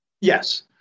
Yes